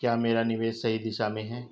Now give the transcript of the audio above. क्या मेरा निवेश सही दिशा में है?